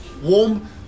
warm